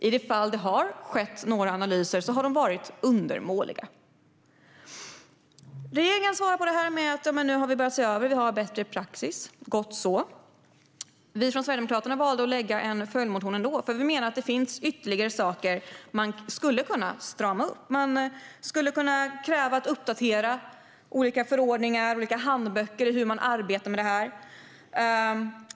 I de fall det har gjorts analyser har de varit undermåliga. Regeringen svarar på detta med att man har börjat se över frågan och nu har bättre praxis - gott så. Vi från Sverigedemokraterna valde att ändå lägga fram en följdmotion, för vi menar att det finns ytterligare saker man skulle kunna strama upp. Man skulle kunna kräva en uppdatering av olika förordningar och handböcker i hur man arbetar med detta.